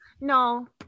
No